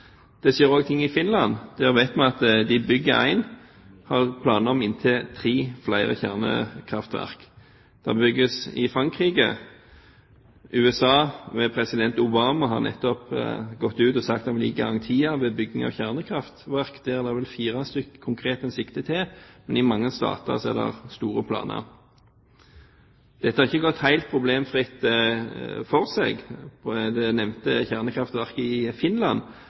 Det skjer også ting i Finland. Der vet vi at de bygger et, og har planer om inntil tre flere kjernekraftverk. Det bygges i Frankrike. USA ved president Obama har nettopp gått ut og sagt at de vil gi garantier ved bygging av kjernekraftverk – det er vel da fire stykker han konkret sikter til, men i mange stater er det store planer. Dette har ikke gått helt problemfritt for seg, for det nevnte kjernekraftverket i Finland